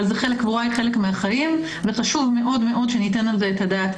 אבל הקבורה היא חלק מהחיים וחשוב מאוד מאוד שניתן על זה את הדעת,